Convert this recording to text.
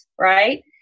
right